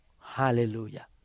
Hallelujah